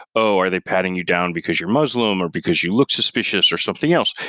oh! are they patting you down because you're muslim or because you look suspicious or something else?